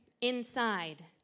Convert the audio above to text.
inside